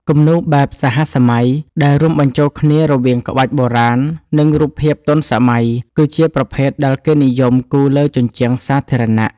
គំនូរ បែបសហសម័យ ដែលរួមបញ្ចូលគ្នារវាងក្បាច់បុរាណ និងរូបភាពទាន់សម័យ គឺជាប្រភេទដែលគេនិយមគូរលើជញ្ជាំងសាធារណៈ។